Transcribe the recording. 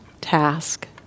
task